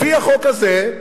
לפי החוק הזה,